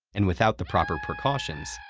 and, without the proper precautions,